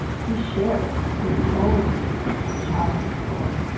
he shared his own childhood story.